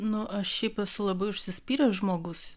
nu aš šiaip esu labai užsispyręs žmogus